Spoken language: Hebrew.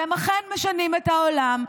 והם אכן משנים את העולם.